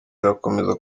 irakomeza